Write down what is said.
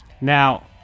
Now